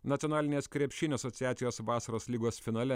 nacionalinės krepšinio asociacijos vasaros lygos finale